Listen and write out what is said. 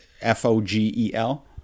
f-o-g-e-l